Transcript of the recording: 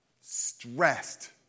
stressed